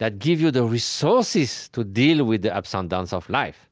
that gives you the resources to deal with the ups ah and downs of life,